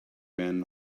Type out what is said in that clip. men